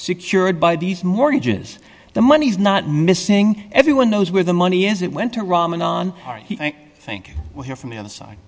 secured by these mortgages the money's not missing everyone knows where the money is it went to ramadan i think we'll hear from the other side